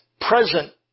present